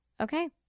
Okay